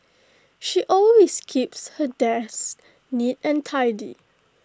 she always keeps her desk neat and tidy